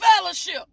fellowship